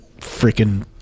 freaking